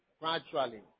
gradually